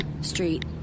Street